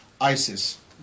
ISIS